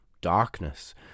darkness